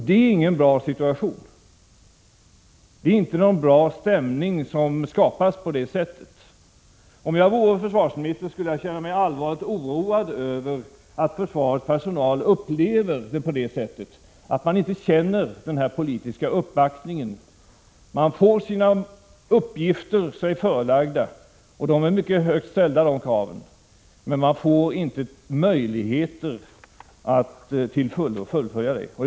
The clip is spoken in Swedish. Det är inte någon bra situation, det är inte någon bra stämning som skapas på det sättet. Om jag vore försvarsminister skulle jag känna mig allvarligt oroad över att försvarets personal uppfattar situationen på det sättet, att man inte känner en politisk uppbackning. Man får sig sina uppgifter förelagda, och då är kraven mycket högt ställda, men man får inte möjligheter att till fullo klara av uppgifterna.